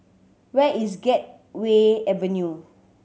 where is Gateway Avenue